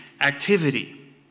activity